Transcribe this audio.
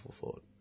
thought